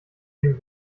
dem